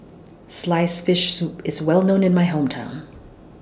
Sliced Fish Soup IS Well known in My Hometown